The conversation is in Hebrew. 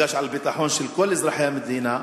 שמופקד על הביטחון של כל אזרחי המדינה,